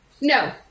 No